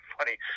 Funny